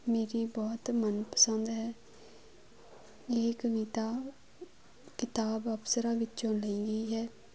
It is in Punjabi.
ਮੇਰੀ ਬਹੁਤ ਮਨ ਪਸੰਦ ਹੈ ਇਹ ਕਵਿਤਾ ਕਿਤਾਬ ਅਪਸਰਾ ਵਿੱਚੋਂ ਲਈ ਗਈ ਹੈ